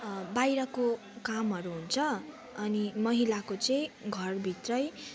बाइराको कामहरू हुन्छ अनि महिलाको चाहिँ घरभित्रै